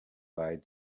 but